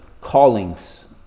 callings